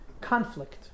conflict